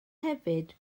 hefyd